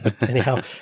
anyhow